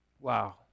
Wow